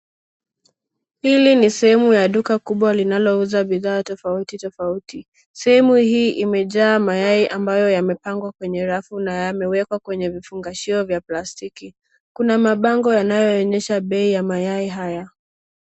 Hili ni sehemu ya duka kubwa linalouza bidhaa tofauti tofauti. Sehemu hii imejaa mayai ambayo yamepangwa kwenye rafu na yamewekwa kwenye vifungashio vya plastiki. Kuna mabango yanayoonyesha bei ya mayai haya.